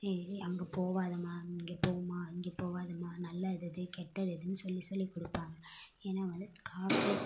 அங்கே போகாதமா இங்கே போம்மா இங்கே போகாதமா நல்லது எது கெட்டது எதுன்னு சொல்லி சொல்லி கொடுப்பாங்க ஏன்னால் அவங்க வந்து காக்கைக்கு